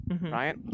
right